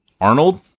Arnold